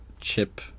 chip